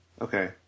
Okay